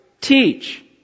teach